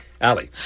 Allie